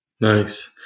nice